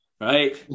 right